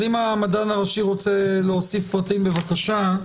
אז אם המדען הראשי רוצה להוסיף פרטים, בבקשה.